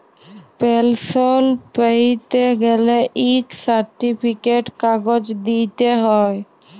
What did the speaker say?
পেলসল প্যাইতে গ্যালে ইক সার্টিফিকেট কাগজ দিইতে হ্যয়